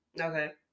Okay